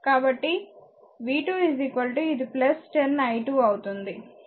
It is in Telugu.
కాబట్టి v2 ఇది 10 i2 అవుతుంది అందుకే ఇది 10 i2